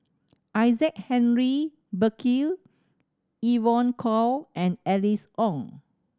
Isaac Henry Burkill Evon Kow and Alice Ong